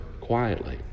quietly